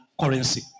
currency